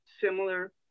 similar